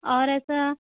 और ऐसा